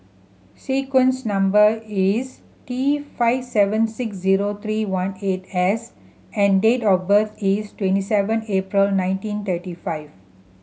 number sequence is T five seven six zero three one eight S and date of birth is twenty seven April nineteen thirty five